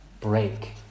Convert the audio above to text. break